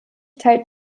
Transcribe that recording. teilt